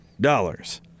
dollars